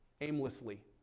aimlessly